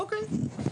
אוקיי,